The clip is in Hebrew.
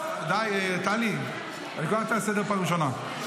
--- די, טלי, אני קורא אותך לסדר בפעם הראשונה.